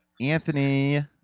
Anthony